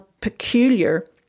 peculiar